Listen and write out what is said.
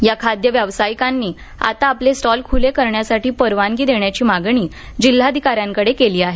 या खाद्य व्यावसायिकांनी आता आपले स्टॉल खुले करण्यासाठी परवानगी देण्याची मागणी जिल्हाधिकाऱ्यांकडे केली आहे